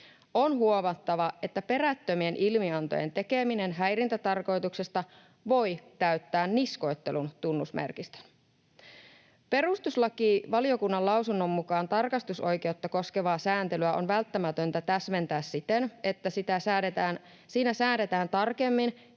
On huomattava, että perättömien ilmiantojen tekeminen häirintätarkoituksessa voi täyttää niskoittelun tunnusmerkistön. Perustuslakivaliokunnan lausunnon mukaan tarkastusoikeutta koskevaa sääntelyä on välttämätöntä täsmentää siten, että siinä säädetään tarkemmin,